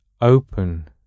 Open